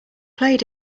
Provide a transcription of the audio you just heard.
played